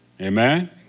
Amen